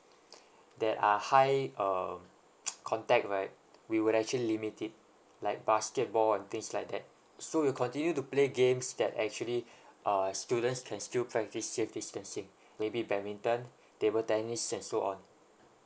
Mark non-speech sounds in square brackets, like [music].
that are high um [noise] contact right we would actually limit it like basketball and things like that so we'll continue to play games that actually uh students can still practice safe distancing maybe badminton table tennis and so on